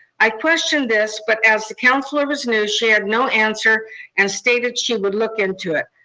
i questioned this, but as the counselor was new, she had no answer and stated she would look into it.